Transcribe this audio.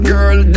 Girl